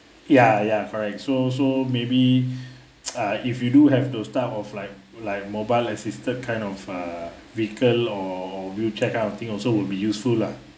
ya ya correct so so maybe ah if you do have those stuff of like like mobile assisted kind of uh vehicle or or wheelchair kind of thing also will be useful lah